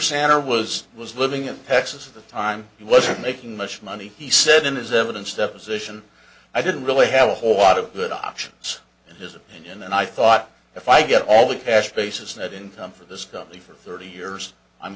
sander was was living in texas at the time he wasn't making much money he said in his evidence deposition i didn't really have a whole lot of that options in his opinion and i thought if i get all the cash basis net income for this company for thirty years i'm